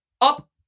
Up